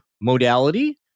modality